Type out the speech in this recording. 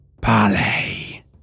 Parley